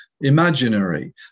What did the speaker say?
imaginary